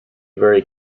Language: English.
very